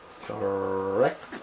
Correct